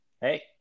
hey